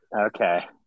Okay